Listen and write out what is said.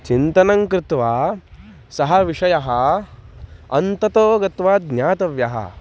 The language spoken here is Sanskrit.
चिन्तनं कृत्वा सः विषयः अन्ततो गत्वा ज्ञातव्यः